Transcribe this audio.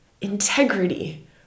integrity